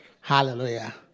Hallelujah